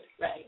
Right